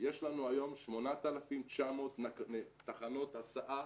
יש לנו היום 8,900 תחנות הסעה